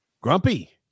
Grumpy